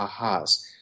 ahas